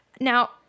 Now